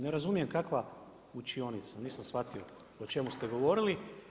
Ne razumijem kakva učionica, nisam shvatio o čemu ste govorili.